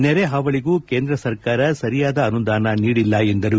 ನೆರೆ ಹಾವಳಿಗೂ ಕೇಂದ್ರ ಸರ್ಕಾರ ಸರಿಯಾದ ಅನುದಾನ ನೀಡಿಲ್ಲ ಎಂದರು